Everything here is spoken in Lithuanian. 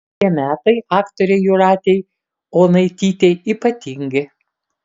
šie metai aktorei jūratei onaitytei ypatingi